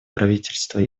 правительство